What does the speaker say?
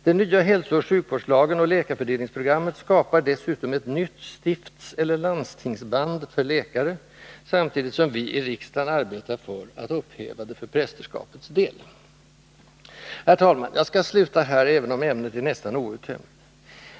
Den nya hälsooch sjukvårdslagen och läkarfördelningsprogrammet skapar dessutom ett nytt stiftseller landstingsband för läkare, samtidigt som vi i riksdagen arbetar för att upphäva det för prästerskapets del. Herr talman! Jag skall sluta här, även om ämnet är nästan outtömligt.